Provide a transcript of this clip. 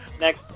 next